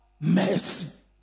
mercy